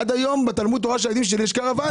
עד היום בתלמוד תורה של הילדים שלי יש קרוואנים.